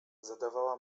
zadawała